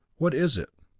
what is it?